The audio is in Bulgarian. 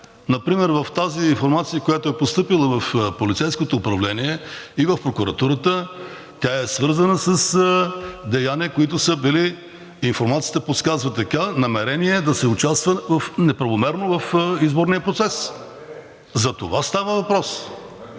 Например информацията, която е постъпила в полицейското управление и в прокуратурата, е свързана с дейния, които са били, информацията подсказва така: намерение да се участва неправомерно в изборния процес. За това става въпрос.